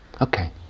Okay